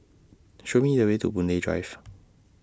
Show Me The Way to Boon Lay Drive